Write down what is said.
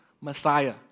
Messiah